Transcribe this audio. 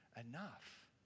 enough